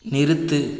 நிறுத்து